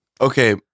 Okay